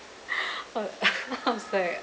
I I was like